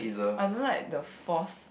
I don't like the force